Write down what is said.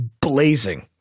blazing